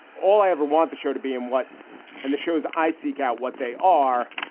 all i ever want the show to be and what and the shows i seek out, what they are,